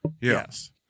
Yes